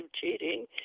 cheating